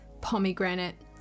Pomegranate